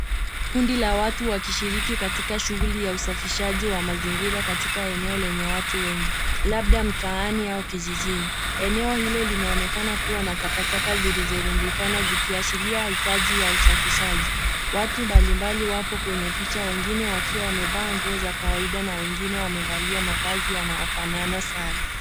Kundi la watu wakishiriki katika shughuli ya usafishaji wa mazingira katika eneo lenye watu wengi labda mtaani au kijijini . Eneo hilo linaonekana kuwa na takataka zilizorundikana zikiashiria hitaji ya usafishaji. Watu mbali mbali wapo kwenye picha wengine wakiwa wamevaa nguo za kawaida na wengine wamevalia mavazi yanayofanana sana.